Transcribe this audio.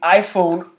iPhone